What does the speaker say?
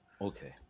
Okay